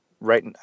Right